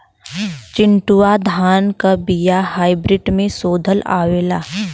चिन्टूवा धान क बिया हाइब्रिड में शोधल आवेला?